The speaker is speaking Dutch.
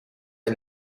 die